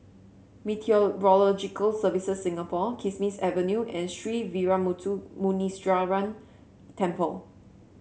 Meteorological Services Singapore Kismis Avenue and Sree Veeramuthu Muneeswaran Temple